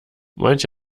manch